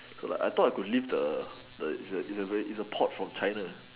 I thought I could leave the the is a port from China